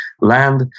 land